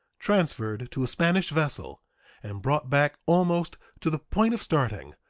transferred to a spanish vessel and brought back almost to the point of starting,